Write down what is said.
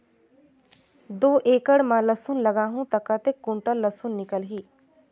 दो एकड़ मां लसुन लगाहूं ता कतेक कुंटल लसुन निकल ही?